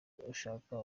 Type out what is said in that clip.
ushaka